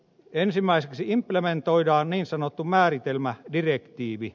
ensimmäiseksi implementoidaan niin sanottu määritelmädirektiivi